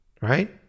right